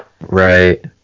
Right